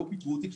לא פיטרו אותי,